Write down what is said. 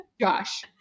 josh